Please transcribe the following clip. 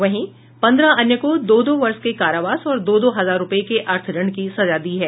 वहीं पन्द्रह अन्य को दो दो वर्ष के कारावास और दो दो हजार रुपये के अर्थदंड की सजा दी है